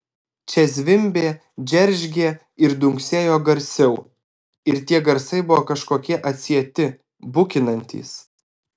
čia zvimbė džeržgė ir dunksėjo garsiau ir tie garsai buvo kažkokie atsieti bukinantys